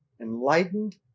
enlightened